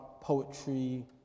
poetry